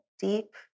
deep